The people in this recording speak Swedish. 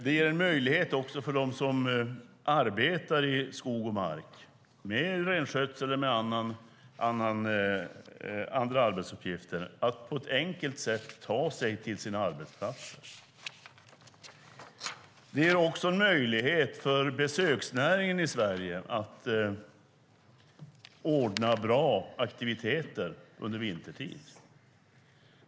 Den ger också dem som arbetar i skog och mark, med renskötsel eller andra arbetsuppgifter, möjlighet att enkelt ta sig till sina arbetsplatser. Den ger också besöksnäringen i Sverige möjlighet att ordna bra aktiviteter under vintertid.